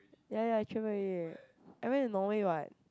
ya ya three more year I went to Norway what